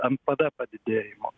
npd padidėjimo